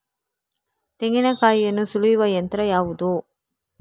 ತೆಂಗಿನಕಾಯಿಯನ್ನು ಸುಲಿಯುವ ಯಂತ್ರ ಯಾವುದು?